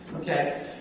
Okay